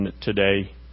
today